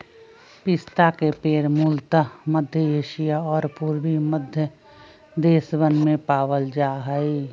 पिस्ता के पेड़ मूलतः मध्य एशिया और पूर्वी मध्य देशवन में पावल जा हई